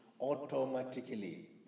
automatically